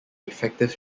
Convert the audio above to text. effective